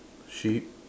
sheep